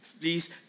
please